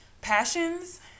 passions